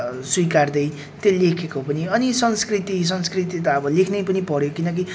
स्वीकार्दै त्यो लेखेको पनि अनि संस्कृति संस्कृति त अब लेख्नै पनि पऱ्यो किनकि